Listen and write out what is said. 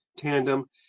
tandem